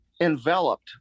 enveloped